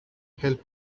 help